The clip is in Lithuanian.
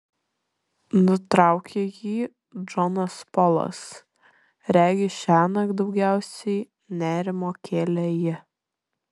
nutraukė jį džonas polas regis šiąnakt daugiausiai nerimo kėlė ji